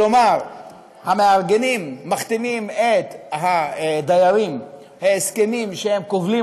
המארגנים מחתימים את הדיירים בהסכמים שכובלים